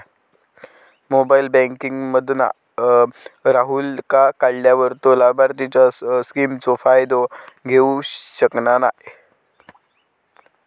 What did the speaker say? mobile banking मधना राहूलका काढल्यार तो लाभार्थींच्या स्किमचो फायदो घेऊ शकना नाय